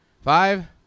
Five